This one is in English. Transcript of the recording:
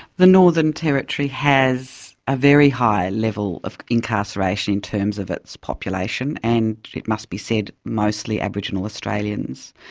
the northern territory has a very high level of incarceration in terms of its population and, it must be said, mostly aboriginal australians,